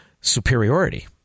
superiority